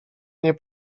nie